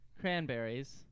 cranberries